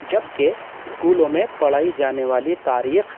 جبکہ اسکولوں میں پڑھائی جانے والی تاریخ